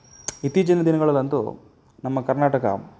ಇತ್ತೀಚಿನ ದಿನಗಳಲ್ಲಂತೂ ನಮ್ಮ ಕರ್ನಾಟಕ